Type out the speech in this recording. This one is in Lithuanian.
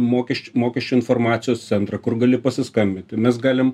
mokesčių mokesčių informacijos centrą kur gali pasiskambinti mes galim